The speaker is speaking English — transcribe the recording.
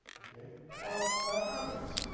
ok? well, that happens.